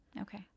Okay